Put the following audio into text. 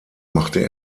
machte